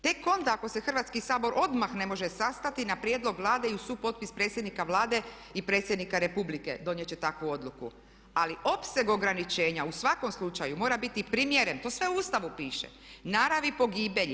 Tek onda ako se Hrvatski sabor odmah ne može sastati na prijedlog Vlade i uz supotpis predsjednika Vlade i predsjednika Republike donijeti će takvu odluku, ali opseg ograničenja u svakom slučaju mora biti primjeren, to sve u Ustavu piše naravi pogibelji.